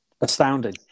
Astounding